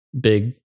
big